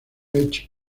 edge